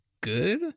good